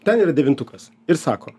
ten yra devintukas ir sako